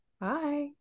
bye